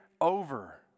over